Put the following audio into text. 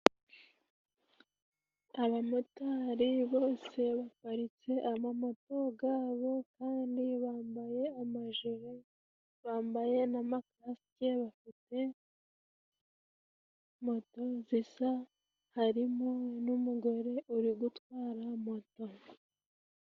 Abamotari bose baparitse amamoto gabo kandi bambaye amajere, bambaye n'amakasike bafite moto zisa, harimo n'umugore uri gutwara moto.